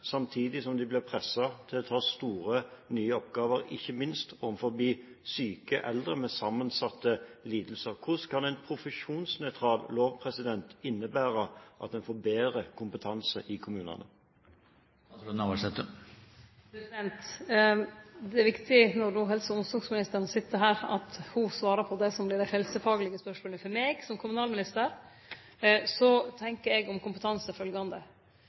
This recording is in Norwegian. ta store nye oppgaver, ikke minst overfor syke eldre med sammensatte lidelser. Hvordan skal en profesjonsnøytral lov innebære at en får bedre kompetanse i kommunene? Det er viktig, når då helse- og omsorgsministeren sit her, at ho svarar på dei helsefaglege spørsmåla. For meg som kommunalminister tenkjer eg om kompetanse følgjande: Den desentraliseringa av kompetanse som ligg i reforma, handlar om